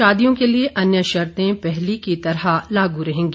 शादियों के लिए अन्य शर्ते पहले की तरह लागू रहेंगी